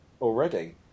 Already